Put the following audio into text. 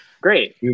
Great